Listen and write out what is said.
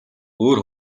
өөр